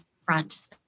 front